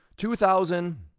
two thousand,